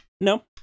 No